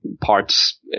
parts